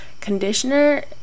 conditioner